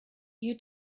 you